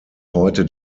heute